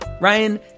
Ryan